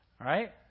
Right